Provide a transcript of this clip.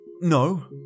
No